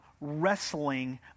wrestling